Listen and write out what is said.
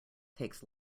takes